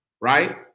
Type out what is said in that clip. right